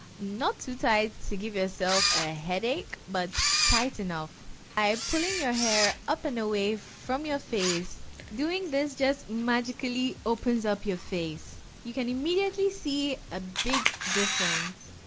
not too tight to give yourself a headache but tight enough eye pulling your hair up and away from your face doing this just magically opens up your face you can immediately see a big difference